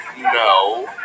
no